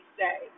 say